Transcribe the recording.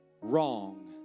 wrong